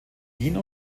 wien